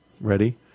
Ready